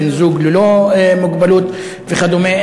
בן-זוג ללא מוגבלות וכדומה.